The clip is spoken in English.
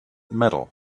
metal